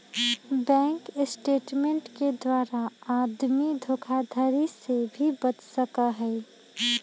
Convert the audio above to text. bank statement के द्वारा आदमी धोखाधडी से भी बच सका हई